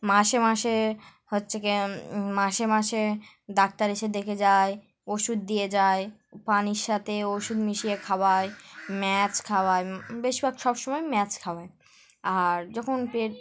মাসে মাসে হচ্ছে গিয়ে মাসে মাসে ডাক্তার এসে দেখে যায় ওষুধ দিয়ে যায় পানির সাথে ওষুধ মিশিয়ে খাওয়ায় ম্যাচ খাওয়ায় বেশিরভাগ সব সমময় ম্যাচ খাওয়ায় আর যখন পেট